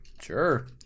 Sure